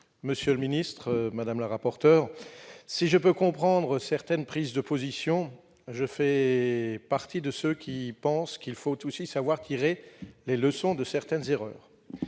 pour explication de vote. Si je peux comprendre certaines prises de position, je fais partie de ceux qui pensent qu'il faut aussi savoir tirer les leçons de certaines erreurs.